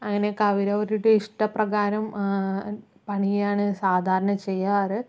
അങ്ങനെയൊക്കെ അവരവരുടെ ഇഷ്ടപ്രകാരം പണിയുകയാണ് സാധാരണ ചെയ്യാറ്